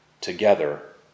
together